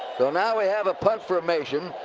so now we have a punt formation.